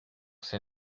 c’est